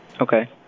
Okay